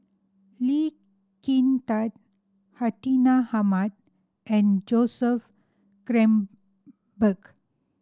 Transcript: Lee Kin Tat Hartinah Ahmad and Joseph Grimberg